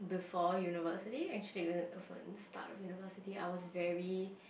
before university actually start of university I was very